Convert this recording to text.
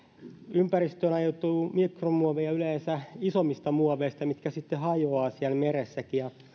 ympäristöön ajautuu mikromuovia yleensä isommista muoveista mitkä sitten hajoavat vaikka meressä